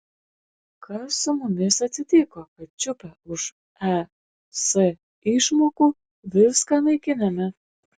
kas su mumis atsitiko kad čiupę už es išmokų viską naikiname